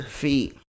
feet